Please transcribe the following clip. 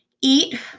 eat